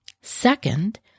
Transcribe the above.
Second